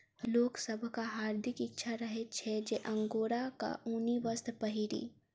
लोक सभक हार्दिक इच्छा रहैत छै जे अंगोराक ऊनी वस्त्र पहिरी